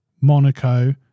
Monaco